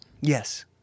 Yes